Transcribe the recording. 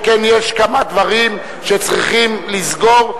שכן יש כמה דברים שצריכים לסגור,